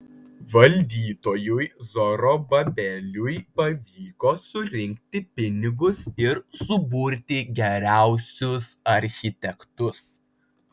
valdytojui zorobabeliui pavyko surinkti pinigus ir suburti geriausius architektus